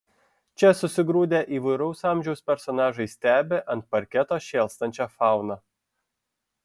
čia susigrūdę įvairaus amžiaus personažai stebi ant parketo šėlstančią fauną